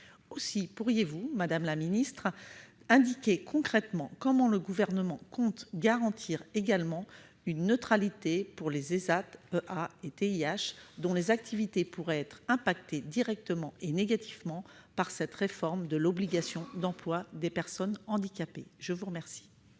Aussi, pourriez-vous, madame la secrétaire d'État, indiquer concrètement comment le Gouvernement compte garantir également une neutralité financière pour les ÉSAT, EA et TIH, dont les activités pourraient être impactées directement et négativement par la réforme de l'obligation d'emploi des personnes handicapées ? La parole